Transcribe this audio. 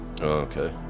Okay